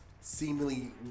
seemingly